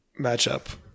matchup